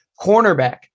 cornerback